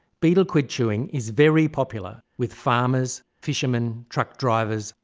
betel quid chewing is very popular with farmers, fishermen, truck-drivers,